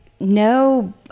no